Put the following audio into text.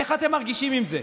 איך אתם מרגישים עם זה?